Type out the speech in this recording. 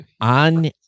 On